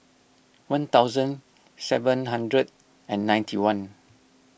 one thousand seven hundred and ninety one